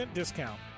discount